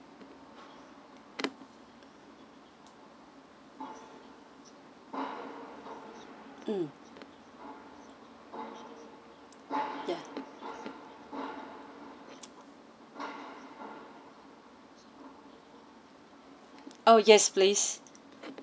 mm ya oh yes please